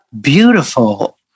beautiful